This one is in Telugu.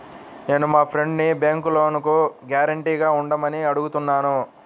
నేను మా ఫ్రెండ్సుని బ్యేంకులో లోనుకి గ్యారంటీగా ఉండమని అడుగుతున్నాను